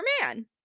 man